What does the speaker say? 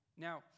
Now